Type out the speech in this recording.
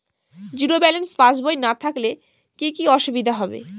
Zero balance পাসবই না থাকলে কি কী অসুবিধা হবে?